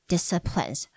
Disciplines